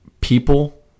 people